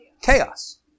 chaos